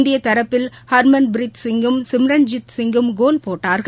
இந்திய தரப்பில் ஹர்மன்ப்ரித் சிங்கும் சிம்ரன் ஜித் சிங்கும் கோல் போட்டார்கள்